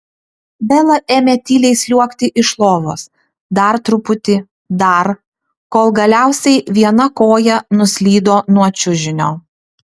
bela ėmė tyliai sliuogti iš lovos dar truputį dar kol galiausiai viena koja nuslydo nuo čiužinio